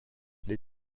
les